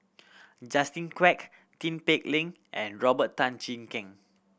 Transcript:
Justin Quek Tin Pei Ling and Robert Tan Jee Keng